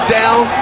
down